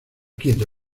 quieto